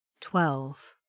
Twelve